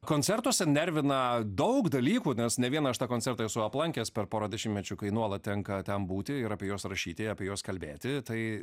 koncertuose nervina daug dalykų nes ne vieną aš tą koncertą esu aplankęs per porą dešimtmečių kai nuolat tenka ten būti ir apie juos rašyti apie juos kalbėti tai